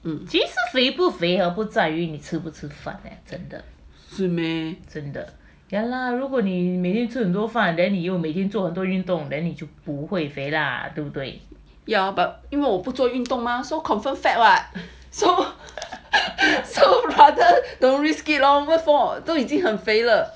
是 meh ya but 因为我不做运动 mah so confirm fat what so so rather don't risk it loh 都已经很肥了